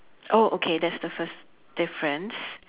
oh okay that's the first difference